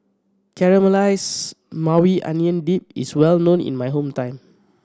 Caramelized Maui Onion Dip is well known in my hometown